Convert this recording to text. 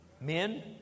Men